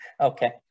Okay